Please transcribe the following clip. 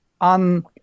on